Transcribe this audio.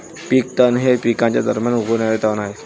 पीक तण हे पिकांच्या दरम्यान उगवणारे तण आहे